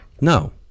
No